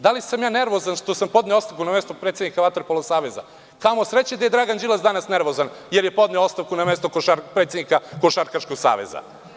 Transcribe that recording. Da li sam ja nervozan što sam poneo ostavku na mesto predsednika Vaterpolo saveza, kamo sreće da je danas Dragan Đilas nervozan jer je podneo ostavku na mesto predsednika Košarkaškog saveza.